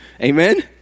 Amen